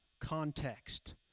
Context